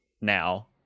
now